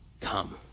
come